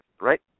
right